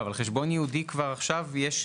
לא, אבל חשבון ייעודי, כבר עכשיו יש.